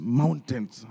mountains